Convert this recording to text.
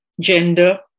gender